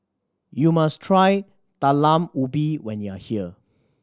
you must try Talam Ubi when you are here